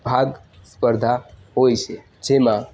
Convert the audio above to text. ભાગ સ્પર્ધા હોય છે જેમાં